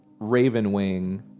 Ravenwing